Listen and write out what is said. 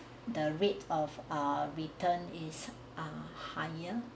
the rate of a return is ah higher